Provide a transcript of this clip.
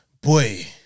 boy